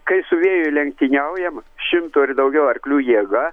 kai su vėju lenktyniaujam šimto ir daugiau arklių jėga